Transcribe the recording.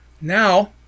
Now